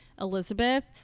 elizabeth